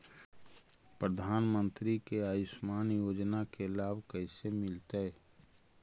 प्रधानमंत्री के आयुषमान योजना के लाभ कैसे मिलतै?